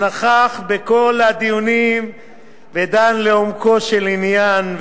שנכח בכל הדיונים ודן לעומקו של עניין.